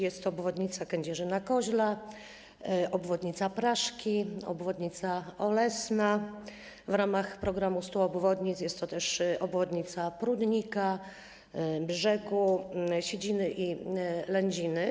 Jest to obwodnica Kędzierzyna-Koźla, obwodnica Praszki, obwodnica Olesna, w ramach „Programu budowy 100 obwodnic” są to też obwodnice Prudnika, Brzegu, Sidziny i Lędzin.